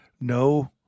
no